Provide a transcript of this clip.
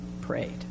prayed